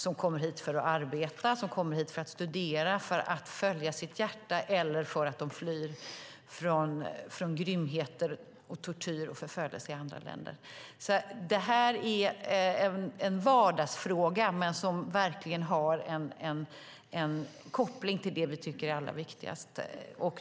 De kommer hit för att arbeta, för att studera, för att följa sitt hjärta eller för att de flyr från grymheter, tortyr och förföljelse i andra länder. Detta är en vardagsfråga, men en fråga som verkligen har en koppling till det vi tycker är allra viktigast.